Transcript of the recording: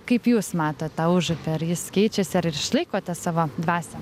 kaip jūs matot tą užupį ar jis keičiasi ar išlaiko tą savo dvasią